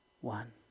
one